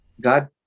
God